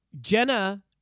Jenna